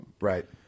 right